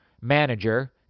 manager